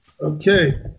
Okay